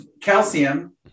calcium